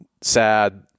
sad